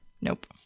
Nope